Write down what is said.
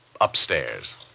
Upstairs